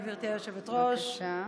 גברתי היושבת-ראש,